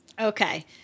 Okay